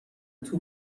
توپ